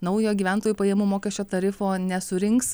naujo gyventojų pajamų mokesčio tarifo nesurinks